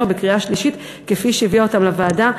ובקריאה השלישית כפי שהביאו אותם לוועדה.